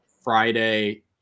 Friday